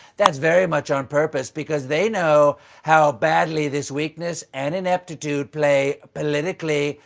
that is very much on purpose because they know how badly this weakness and ineptitude play politically.